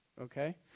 Okay